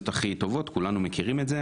כל אדם שחי פה במדינה,